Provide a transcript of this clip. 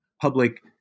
public